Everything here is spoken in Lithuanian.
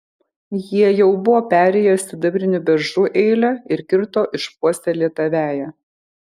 jie jau buvo perėję sidabrinių beržų eilę ir kirto išpuoselėtą veją